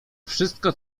wszystko